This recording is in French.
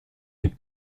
est